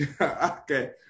Okay